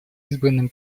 избранным